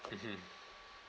mmhmm